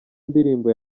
ndirimbo